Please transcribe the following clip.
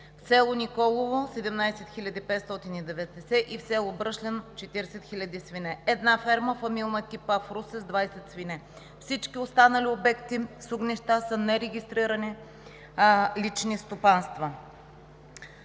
в село Николово – 17 590; и в село Бръшлян – 40 000 свине; и една фамилна ферма – тип А, в Русе с 20 свине. Всички останали обекти с огнища са нерегистрирани лични стопанства.